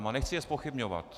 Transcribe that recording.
A nechci je zpochybňovat.